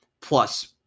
plus